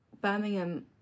Birmingham